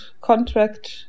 contract